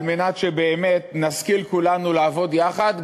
על מנת שבאמת נשכיל כולנו לעבוד יחד,